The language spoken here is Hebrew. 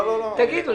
תגידו.